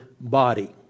body